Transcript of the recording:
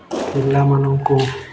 ପିଲାମାନଙ୍କୁ